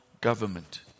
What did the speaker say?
government